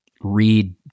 read